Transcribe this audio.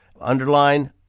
underline